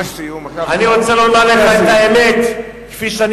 אני רוצה לומר לך את האמת כפי שאני